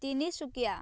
Tinsukia